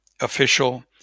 official